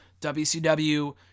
WCW